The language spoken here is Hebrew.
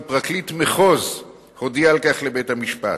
ופרקליט מחוז הודיע על כך לבית-המשפט.